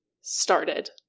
started